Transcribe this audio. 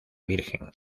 virgen